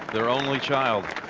their only child.